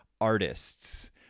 artists